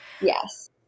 Yes